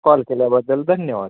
call केल्याबद्दल धन्यवाद